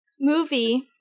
movie